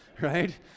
right